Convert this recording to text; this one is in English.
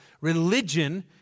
religion